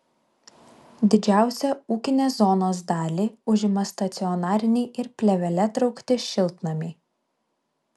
didžiausią ūkinės zonos dalį užima stacionariniai ir plėvele traukti šiltnamiai